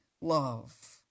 love